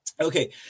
Okay